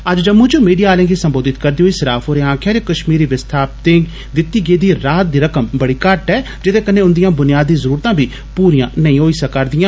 अज्ज जम्मू च मीडिया आले गी सम्बोधित करदे होई सराफ होरें आक्खेआ जे कष्मीरी विस्थापितें दिती गेदी राहत दी रकम बड़ी घट्ट ऐ जेदे कन्नै उन्दियां बुनियादी जरूरतां बी पूरियां नेईं होई सका रदियां